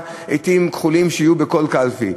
אני גם הייתי שותף ברגע האחרון.